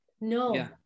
no